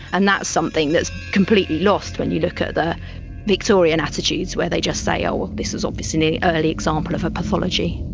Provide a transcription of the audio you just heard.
and that's something that is completely lost when you look at the victorian attitudes where they just say, ah well, this is obviously an early example of a pathology.